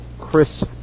Chris